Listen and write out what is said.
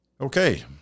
Okay